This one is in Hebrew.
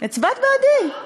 הצבעת בעדי.